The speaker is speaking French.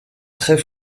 très